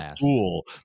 Cool